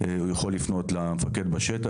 הוא יכול לפנות למפקד בשטח.